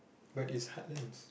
what is heartlands